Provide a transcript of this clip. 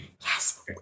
Yes